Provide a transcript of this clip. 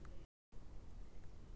ಬಾಳೆಗೊನೆ ತೆಗೆಯಲು ಮಷೀನ್ ಇದೆಯಾ?